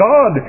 God